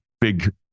big